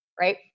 right